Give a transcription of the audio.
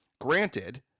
Granted